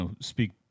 speak